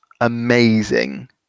amazing